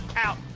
out.